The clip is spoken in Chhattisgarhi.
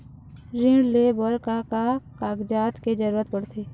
ऋण ले बर का का कागजात के जरूरत पड़थे?